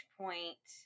point